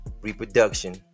reproduction